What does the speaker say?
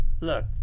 Look